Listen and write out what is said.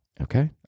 Okay